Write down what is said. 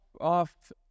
off